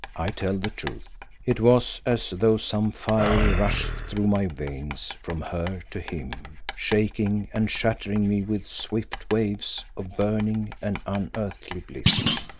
i tell the truth it was as though some fire rushed through my veins from her to him, shaking and shattering me with swift waves of burning and unearthly bliss.